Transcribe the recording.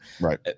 right